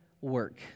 work